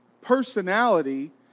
personality